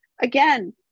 Again